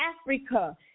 Africa